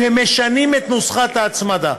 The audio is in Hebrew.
ומשלמים את נוסחת ההצמדה,